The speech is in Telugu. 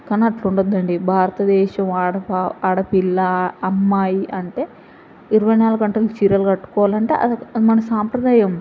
కానీ అట్లా ఉండవద్దు భారతదేశము ఆడ ఆడపిల్ల అమ్మాయి అంటే ఇరవై నాలుగు గంటలు చీరలు కట్టుకోవాలి అంటే అది మన సాంప్రదాయం